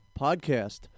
podcast